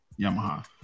Yamaha